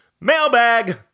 mailbag